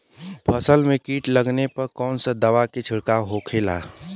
फसल में कीट लगने पर कौन दवा के छिड़काव होखेला?